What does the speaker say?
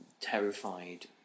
terrified